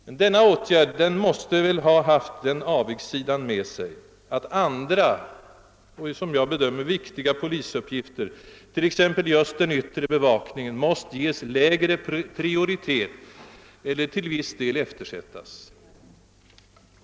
Men denna åtgärd måste väl ha haft den avigsidan med sig att andra, enligt min bedömning viktiga polisuppgifter — t.ex. just den yttre bevakningen — måste ges en lägre prioritet eller till viss del eftersättas?